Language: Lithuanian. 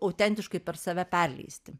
autentiškai per save perleisti